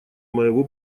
моего